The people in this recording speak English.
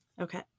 Okay